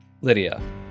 Lydia